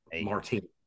martini